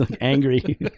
angry